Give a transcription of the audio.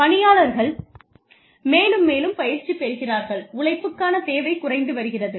பணியாளர்கள் மேலும் மேலும் பயிற்சி பெறுகிறார்கள் உழைப்புக்கான தேவை குறைந்து வருகிறது